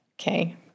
okay